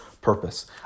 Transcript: purpose